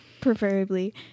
preferably